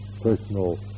personal